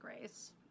Race